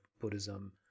Buddhism